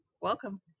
welcome